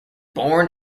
born